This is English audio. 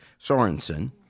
Sorensen